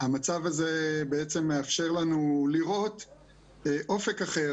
המצב הזה בעצם מאפשר לנו לראות אופק אחר